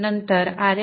नंतर Rs